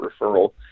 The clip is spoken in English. referral